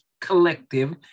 collective